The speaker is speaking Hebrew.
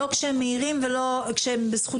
לא כשהם מעירים ולא כשהם בזכות דיבור.